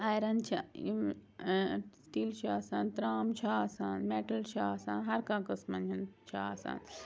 iron چھِ یِم steel چھُ آسان ترٛام چھُ آسان میٹٕل چھُ آسان ہر کانٛہہ قٕسمَن ہُنٛد چھُ آسان